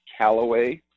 Callaway